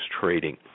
trading